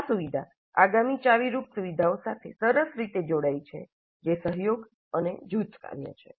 આ સુવિધા આગામી ચાવીરૂપ સુવિધા સાથે સરસ રીતે જોડાય છે જે સહયોગ અને જૂથ કાર્ય છે